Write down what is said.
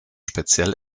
speziell